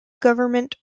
government